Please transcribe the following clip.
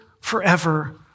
forever